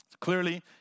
Clearly